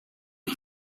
the